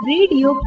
Radio